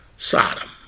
Sodom